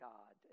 God